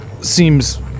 seems